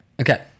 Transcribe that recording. Okay